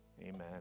amen